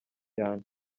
cyane